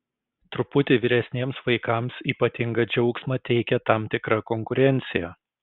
truputį vyresniems vaikams ypatingą džiaugsmą teikia tam tikra konkurencija